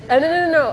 and no no no